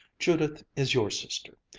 judith is your sister.